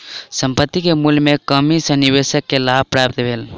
संपत्ति के मूल्य में कमी सॅ निवेशक के लाभ प्राप्त भेल